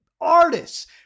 artists